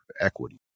equity